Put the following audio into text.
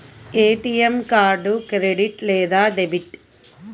ATM card credit లేదా debit?